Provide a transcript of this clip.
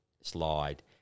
slide